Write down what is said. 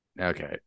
okay